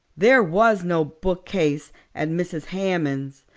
there was no bookcase at mrs. hammond's.